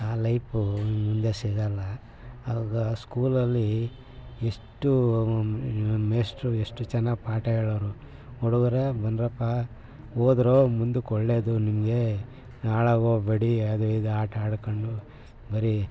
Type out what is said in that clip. ಆ ಲೈಪು ಇನ್ನು ಮುಂದೆ ಸಿಗೋಲ್ಲ ಆವಾಗ ಸ್ಕೂಲಲ್ಲಿ ಎಷ್ಟು ಮೇಷ್ಟ್ರು ಎಷ್ಟು ಚೆನ್ನಾಗಿ ಪಾಠ ಹೇಳೋರು ಹುಡುಗರೇ ಬನ್ನಿರಪ್ಪ ಓದಿರೋ ಮುಂದಕ್ಕ ಒಳ್ಳೆಯದು ನಿಮಗೆ ಹಾಳಾಗೋಗ್ಬೇಡಿ ಅದು ಇದು ಆಟ ಆಡ್ಕೊಂಡು ಬರೀ